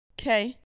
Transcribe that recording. Okay